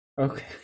Okay